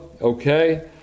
okay